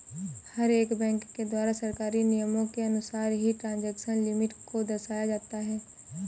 हर एक बैंक के द्वारा सरकारी नियमों के अनुसार ही ट्रांजेक्शन लिमिट को दर्शाया जाता है